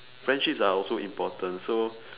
friendships are also important so